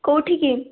କେଉଁଠି କି